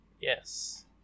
Yes